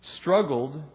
struggled